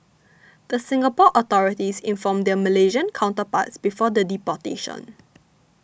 the Singapore authorities informed their Malaysian counterparts before the deportation